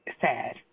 sad